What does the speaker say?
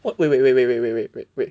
what wait wait wait wait wait wait wait wait